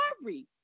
sorry